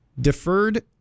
deferred